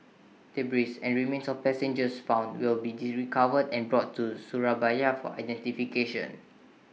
debris and remains of passengers found will be recovered and brought to Surabaya for identification